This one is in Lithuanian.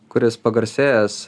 kuris pagarsėjęs